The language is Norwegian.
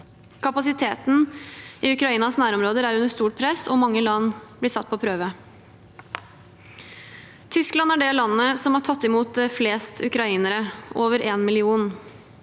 Kapasiteten i Ukrainas nærområder er under stort press, og mange land blir satt på prøve. Tyskland er det landet som har tatt imot flest ukrainere – over en million.